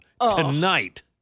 tonight